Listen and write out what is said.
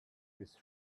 his